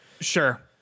Sure